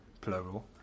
plural